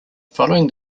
following